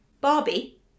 Barbie